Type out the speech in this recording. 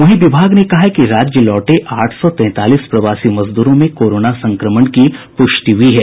वहीं विभाग ने कहा है कि राज्य लौटे आठ सौ तैंतालीस प्रवासी मजदूरों में कोरोना संक्रमण की प्रष्टि हुई है